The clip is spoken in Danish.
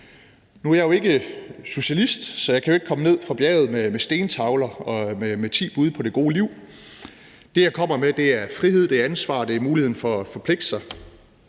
Nu er jeg jo ikke socialist, så jeg kan ikke komme ned fra bjerget med stentavler og med ti bud på det gode liv. Det, jeg kommer med, er frihed, det er ansvar, og det er muligheden for at forpligte sig